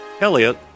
Elliot